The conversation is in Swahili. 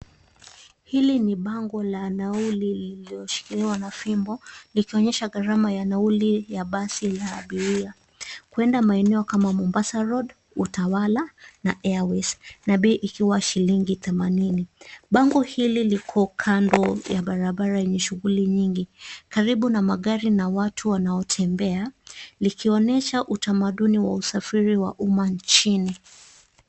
Hili ni bango la nauli lililoshikiliwa na fimbo, likionyesha gharama ya nauli ya basi la abiria. Kuenda maeneo kama Mombasa road , Utawala na Airways , na bei ikiwa shilingi themanini. Bango hili liko kando ya barabara yenye shughuli nyingi. Karibu na magari na watu wanaotembea, likionyesha utamaduni wa usafiri wa umma nchini.